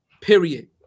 period